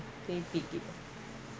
N_B_T